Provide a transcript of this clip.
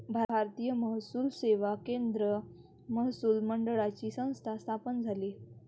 भारतीय महसूल सेवा केंद्रीय महसूल मंडळाची संस्था स्थापन झाली